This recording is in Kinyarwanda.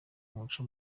umuco